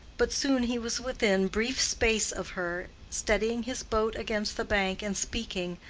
but soon he was within brief space of her, steadying his boat against the bank, and speaking,